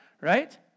right